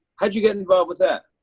how did you get involved with that?